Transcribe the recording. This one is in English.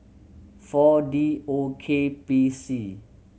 Four D O K P C